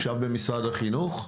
עכשיו במשרד החינוך,